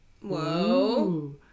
Whoa